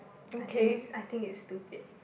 I think is I think is stupid